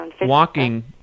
walking